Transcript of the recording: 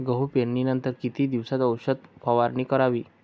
गहू पेरणीनंतर किती दिवसात औषध फवारणी करावी?